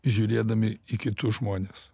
žiūrėdami į kitus žmones